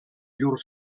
llur